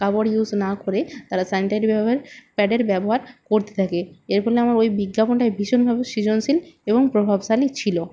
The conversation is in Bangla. কাপড় ইউজ না করে তারা স্যানিটারি ব্যবহার প্যাডের ব্যবহার করতে থাকে এর ফলে আমার ওই বিজ্ঞাপনটায় ভীষণভাবে সৃজনশীল এবং প্রভাবশালী ছিল